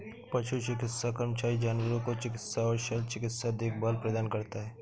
पशु चिकित्सा कर्मचारी जानवरों को चिकित्सा और शल्य चिकित्सा देखभाल प्रदान करता है